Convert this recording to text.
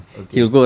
okay